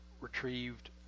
retrieved